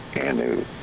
Anu